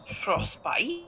frostbite